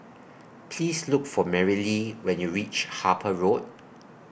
Please Look For Merrilee when YOU REACH Harper Road